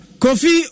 kofi